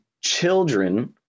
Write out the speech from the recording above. children